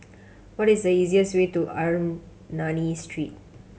what is the easiest way to Ernani Street